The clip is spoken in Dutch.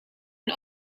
een